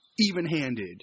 Even-handed